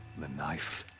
the knife.